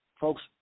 Folks